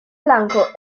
blanco